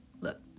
Look